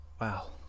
wow